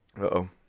Uh-oh